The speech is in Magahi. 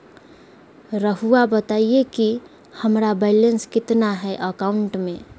रहुआ बताएं कि हमारा बैलेंस कितना है अकाउंट में?